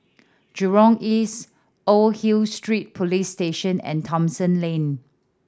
Jurong East Old Hill Street Police Station and Thomson Lane